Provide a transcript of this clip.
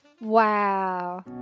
Wow